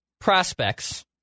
prospects